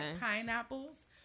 pineapples